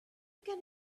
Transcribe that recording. can